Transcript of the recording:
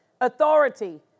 authority